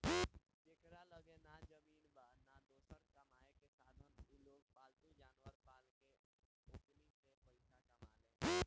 जेकरा लगे ना जमीन बा, ना दोसर कामायेके साधन उलोग पालतू जानवर पाल के ओकनी से पईसा कमाले